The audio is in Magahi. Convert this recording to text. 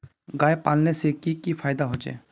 गाय पालने से की की फायदा होचे?